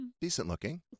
Decent-looking